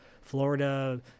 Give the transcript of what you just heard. Florida